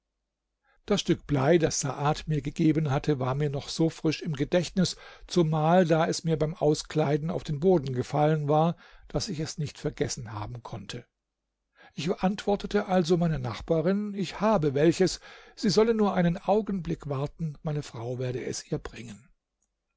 das stück blei das saad mir gegeben hatte war mir noch so frisch im gedächtnis zumal da es mir beim auskleiden auf den boden gefallen war daß ich es nicht vergessen haben konnte ich antwortete also meiner nachbarin ich habe welches sie solle nur einen augenblick warten meine frau werde es ihr bringen